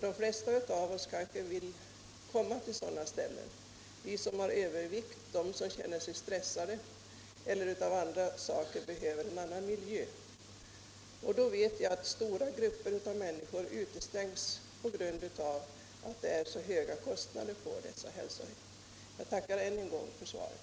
De flesta av oss kanske vill komma till sådana ställen, t.ex. vi som har övervikt, de som känner sig stressade eller av andra orsaker behöver en annan miljö. Men jag vet att stora grupper av människor utestängs på grund av att det är så höga kostnader på dessa hälsohem. Jag tackar statsrådet än en gång för svaret.